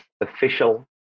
Official